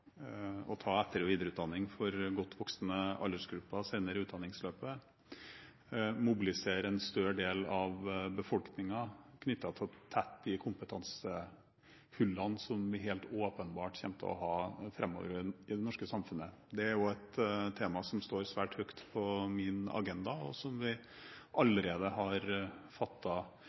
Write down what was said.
å koble seg på og ta etter- og videreutdanning for godt voksne aldersgrupper senere i utdanningsløpet, og det å mobilisere en større del av befolkningen knyttet til å tette de kompetansehullene som vi helt åpenbart kommer til å ha i det norske samfunnet framover. Det er også et tema som står svært høyt på min agenda, og som vi allerede har